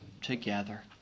together